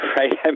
right